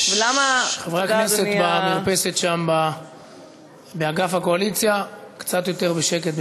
חברי הכנסת באגף הקואליציה, קצת יותר שקט.